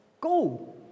go